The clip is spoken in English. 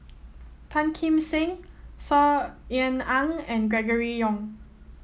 Tan Kim Seng Saw Ean Ang and Gregory Yong